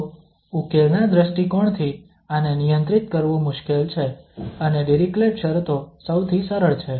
તો ઉકેલના દૃષ્ટિકોણથી આને નિયંત્રિત કરવું મુશ્કેલ છે અને ડિરીક્લેટ શરતો Dirichlet's conditions સૌથી સરળ છે